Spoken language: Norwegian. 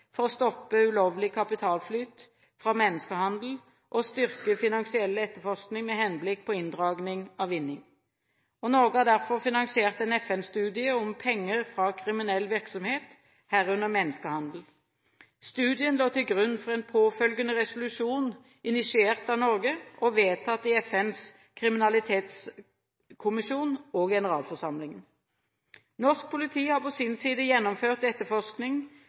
for å stoppe ulovlig kapitalflyt fra menneskehandel og styrke finansielle etterforskninger med henblikk på inndragning av vinning. Norge har derfor finansiert en FN-studie om penger fra kriminell virksomhet, herunder menneskehandel. Studien lå til grunn for en påfølgende resolusjon initiert av Norge og vedtatt i FNs kriminalitetskommisjon og i generalforsamlingen. Norsk politi har på sin side gjennomført etterforskning